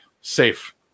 safe